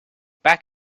back